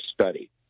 study